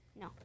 No